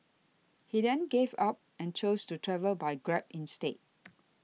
he then gave up and chose to travel by Grab instead